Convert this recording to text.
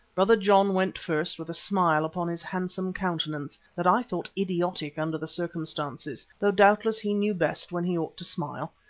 brother john went first with a smile upon his handsome countenance that i thought idiotic under the circumstances, though doubtless he knew best when he ought to smile,